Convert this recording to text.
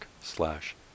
slash